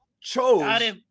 chose